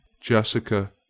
Jessica